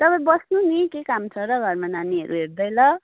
तपाईँ बस्नु नि के काम छ र घरमा नानीहरू हेर्दै ल